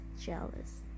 jealous